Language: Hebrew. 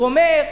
הוא אומר: